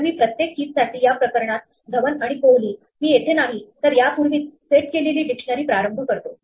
तर मी प्रत्येक keys साठी या प्रकरणात धवन आणि कोहली मी येथे नाही तर यापूर्वीच सेट केलेली डिक्शनरी प्रारंभ करतो